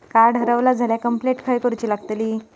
Card हरवला झाल्या complaint खय करूची लागतली?